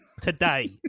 today